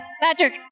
Patrick